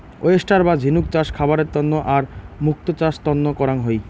oyster বা ঝিনুক চাষ খাবারের তন্ন আর মুক্তো চাষ তন্ন করাং হই